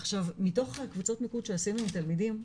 עכשיו מתוך הקבוצות מיקוד שעשינו עם תלמידים,